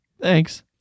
Thanks